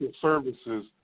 services